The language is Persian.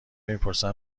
میپرسن